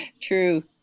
True